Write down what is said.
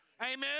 Amen